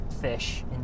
fish